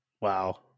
Wow